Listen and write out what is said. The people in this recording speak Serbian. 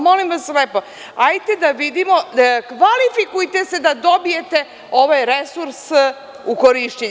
Molim vas lepo, hajde da vidimo, kvalifikujte se da dobijete ovaj resurs u korišćenje.